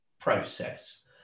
process